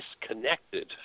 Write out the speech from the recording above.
disconnected